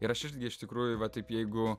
ir aš irgi iš tikrųjų va taip jeigu